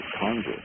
Congress